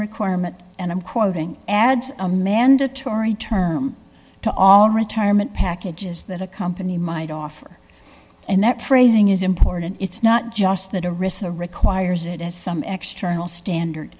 requirement and i'm quoting adds a mandatory term to all retirement packages that a company might offer and that phrasing is important it's not just the derisive requires it as some extra all standard